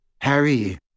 Harry